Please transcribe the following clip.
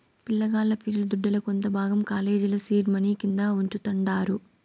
పిలగాల్ల ఫీజు దుడ్డుల కొంత భాగం కాలేజీల సీడ్ మనీ కింద వుంచతండారు